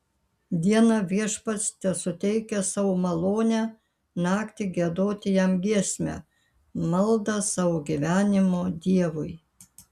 dieną viešpats tesuteikia savo malonę naktį giedoti jam giesmę maldą savo gyvenimo dievui